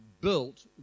built